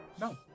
No